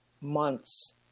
months